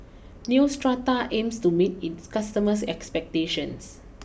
Neostrata aims to meet it customers expectations